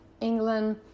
England